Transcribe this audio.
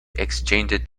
exchanged